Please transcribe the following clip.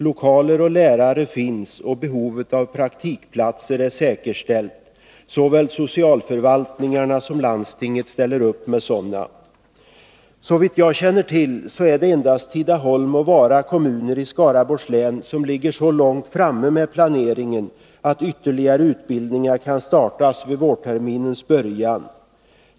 Lokaler och lärare finns, och behovet av praktikplatser är säkerställt. Såväl socialförvaltningarna som landstinget ställer upp med sådana. Såvitt jag känner till är det endast Tidaholm och Vara kommuner i Skaraborgs län som ligger så långt framme med planeringen att ytterligare utbildningar kan startas vid vårterminens början.